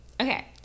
okay